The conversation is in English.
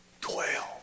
Twelve